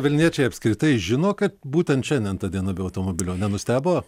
vilniečiai apskritai žino kad būtent šiandien ta diena be automobilio nenustebo